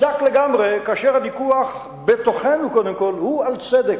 מוצדק לגמרי כאשר הוויכוח בתוכנו קודם כול הוא על צדק.